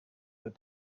that